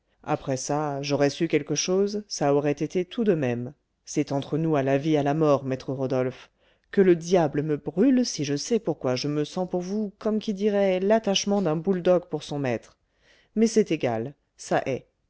après ça j'aurais su quelque chose ça aurait été tout de même c'est entre nous à la vie à la mort maître rodolphe que le diable me brûle si je sais pourquoi je me sens pour vous comme qui dirait l'attachement d'un bouledogue pour son maître mais c'est égal ça est